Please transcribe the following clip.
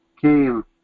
came